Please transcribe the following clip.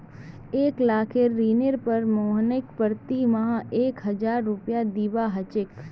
एक लाखेर ऋनेर पर मोहनके प्रति माह एक हजार रुपया दीबा ह छेक